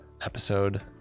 episode